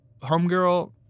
Homegirl